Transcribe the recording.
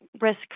risk